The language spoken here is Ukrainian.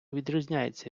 відрізняється